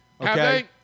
Okay